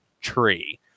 tree